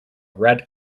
red